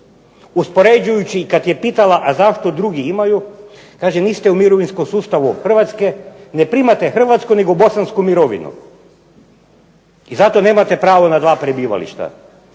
uspoređujući kad je pitala a zašto drugi imaju kaže niste u mirovinskom sustavu Hrvatske, ne primate hrvatsku nego bosansku mirovinu. I zato nemate pravo na dva prebivališta.